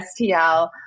stl